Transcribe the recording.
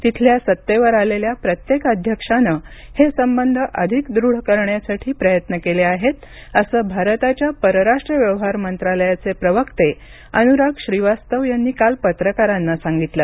तिथल्या सत्तेवर आलेल्या प्रत्येक अध्यक्षानं हे संबंध अधिक दृढ करण्यासाठी प्रयत्न केले आहेत असं भारताच्या परराष्ट्र व्यवहार मंत्रालयाचे प्रवक्ते अनुराग श्रीवास्तव यांनी काल पत्रकारांना सांगितलं